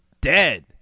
dead